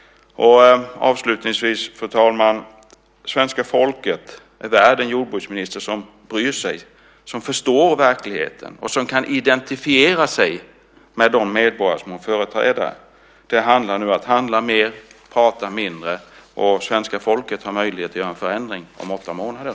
Fru talman! Svenska folket är värt en jordbruksminister som bryr sig, som förstår verkligheten och som kan identifiera sig med de medborgare som hon företräder. Det handlar nu om att handla mer och prata mindre. Svenska folket har möjlighet att göra en förändring om åtta månader.